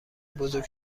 بزرگ